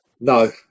no